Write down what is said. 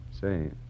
Say